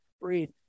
breathe